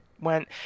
went